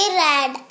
red